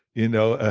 you know, ah